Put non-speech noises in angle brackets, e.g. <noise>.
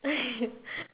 <laughs>